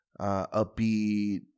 upbeat